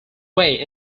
way